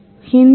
மாணவர்